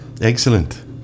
Excellent